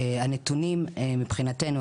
שהנתונים מבחינתנו,